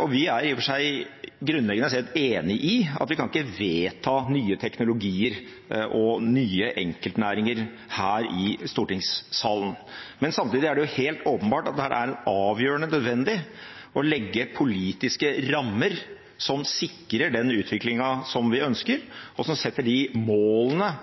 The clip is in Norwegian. og vi er i og for seg grunnleggende sett enig i at vi ikke kan vedta nye teknologier og nye enkeltnæringer her i stortingssalen. Men samtidig er det helt åpenbart at det er avgjørende nødvendig å legge politiske rammer som sikrer den utviklingen som vi ønsker, og som setter de målene